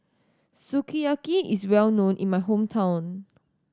sukiyaki is well known in my hometown